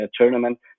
tournament